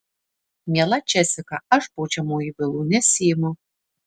miela džesika aš baudžiamųjų bylų nesiimu